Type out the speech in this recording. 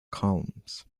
columns